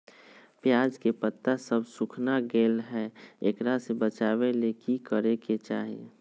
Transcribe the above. प्याज के पत्ता सब सुखना गेलै हैं, एकरा से बचाबे ले की करेके चाही?